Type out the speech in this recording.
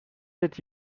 did